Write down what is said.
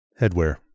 Headwear